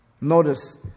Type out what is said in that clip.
Notice